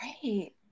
great